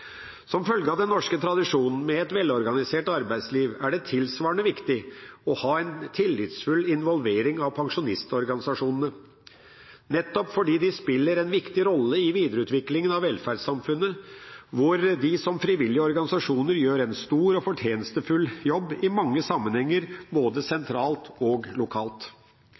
Som følge av den norske tradisjonen med et velorganisert arbeidsliv er det tilsvarende viktig å ha en tillitsfull involvering av pensjonistorganisasjonene, nettopp fordi de spiller en viktig rolle i videreutviklingen av velferdssamfunnet, hvor de som frivillige organisasjoner gjør en stor og fortjenestefull jobb i mange sammenhenger, både sentralt og lokalt.